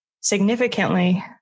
significantly